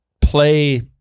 play